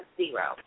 zero